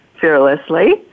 fearlessly